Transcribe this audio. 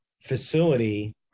facility